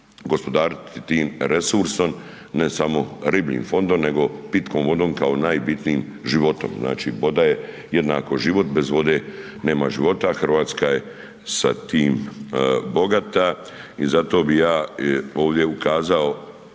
gospodariti tim resursom, ne samo ribljim fondom nego pitkom vodom kao najbitnijim životom, znači voda je jedna život, bez vode nema života, Hrvatska je sa tim bogata i zato bi ja ovdje ukazao